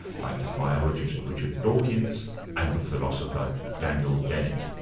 like the biologist richard dawkins and the philosopher daniel dennett.